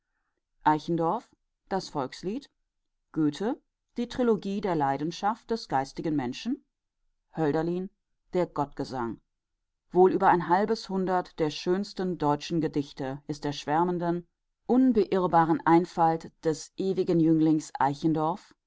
das volkslied goethe die trilogie der leidenschaft des geistigen menschen hölderlin der gottgesang wohl über ein halbes hundert der schönsten deutschen gedichte ist der schwärmenden unbeirrbaren einfalt des ewigen jünglings